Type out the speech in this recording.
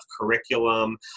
curriculum